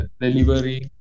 delivery